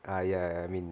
ah ya I mean